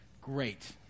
great